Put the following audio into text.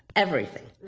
everything.